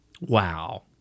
Wow